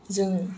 जोङो